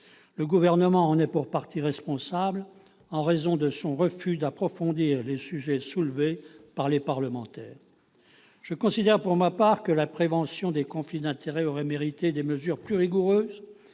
Le Gouvernement en est pour partie responsable, en raison de son refus d'approfondir les sujets soulevés par les parlementaires. Je considère pour ma part que la prévention des conflits d'intérêts aurait mérité des mesures plus rigoureuses